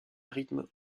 rythmes